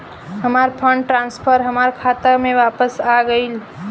हमार fund transfer हमार खाता में वापस आ गइल